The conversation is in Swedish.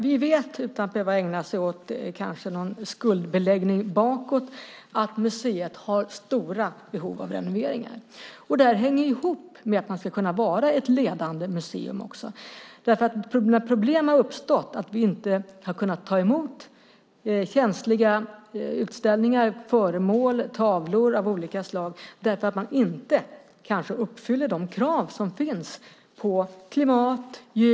Vi vet, utan att vi behöver ägna oss åt någon skuldbeläggning bakåt, att museet har stora behov av renoveringar. Och det här hänger ihop med att man ska kunna vara ett ledande museum. Problem har uppstått. Vi har inte kunnat ta emot känsliga utställningar, föremål och tavlor av olika slag därför att man kanske inte uppfyller de krav som finns på klimat och ljus.